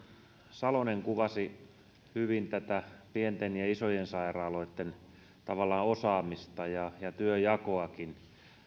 salonen kuvasi hyvin pienten ja isojen sairaaloitten osaamista ja ja työnjakoakin